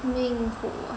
命苦